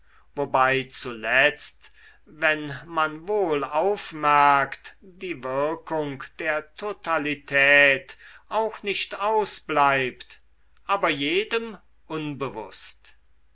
wobei zuletzt wenn man wohl aufmerkt die wirkung der totalität auch nicht ausbleibt aber jedem unbewußt